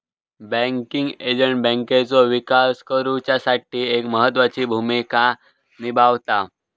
banking agent बँकेचो विकास करुच्यासाठी एक महत्त्वाची भूमिका निभावता